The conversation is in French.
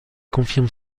confirme